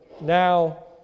now